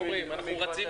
כמובן שנשמח.